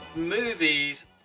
Movies